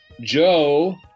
Joe